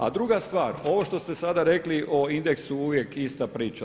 A druga stvar, ovo što ste sada rekli o indeksu uvijek ista priča.